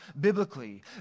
biblically